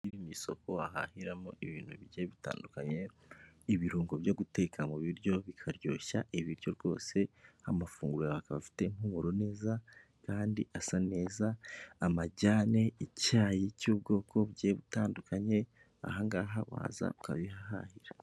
Iri ngiri ni isoko wahahiramo ibintu bigiye bitandukanye ibirungo byo guteka mu biryo bikaryoshya ibiryo rwose, amafunguro akaba afite impumuro neza kandi asa neza amajyane icyayi cy'ubwoko bwo butandukanye aha ngaha waza ukabihahira.